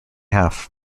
half